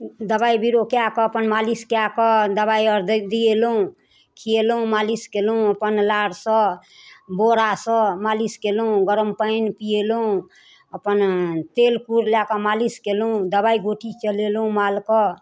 दबाइ बिरो कए कऽ अपन मालिश कए कऽ दबाइ आओर दै दिएलहुँ खिएलहुँ मालिश कएलहुँ अपन नारसँ बोरासँ मालिश कएलहुँ गरम पानि पिएलहुँ अपना तेल कुर लए कऽ मालिश कएलहुँ दबाइ गोटी चलेलहुँ मालकेँ